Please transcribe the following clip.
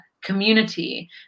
community